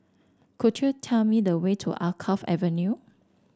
could you tell me the way to Alkaff Avenue